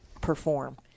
perform